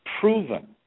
proven